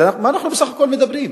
על מה אנחנו בסך הכול מדברים?